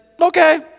okay